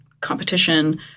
competition